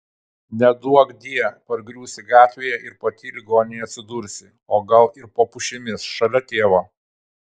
neduokdie pargriūsi gatvėje ir pati ligoninėje atsidursi o gal ir po pušimis šalia tėvo